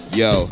yo